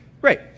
Great